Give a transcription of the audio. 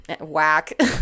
Whack